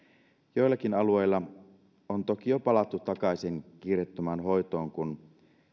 joillakin alueilla on toki jo palattu takaisin kiireettömään hoitoon kun